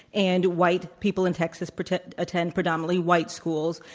and white people in texas but attend attend predominantly white schools.